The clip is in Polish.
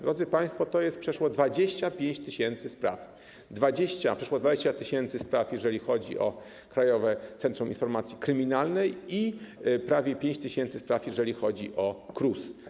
Drodzy państwo, to przeszło 25 tys. spraw: przeszło 20 tys. spraw, jeżeli chodzi o Krajowe Centrum Informacji Kryminalnych, i prawie 5 tys. spraw, jeżeli chodzi o KRUS.